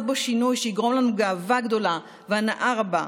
בו שינוי שיגרום לנו גאווה גדולה והנאה רבה.